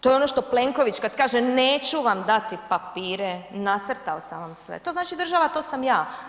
To je ono što Plenković kad kaže neću vam dati papire, nacrtao sam vam sve, to znači država to sam ja.